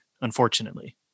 unfortunately